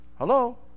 hello